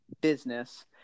business